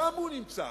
שם הוא נמצא.